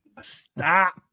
Stop